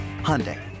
Hyundai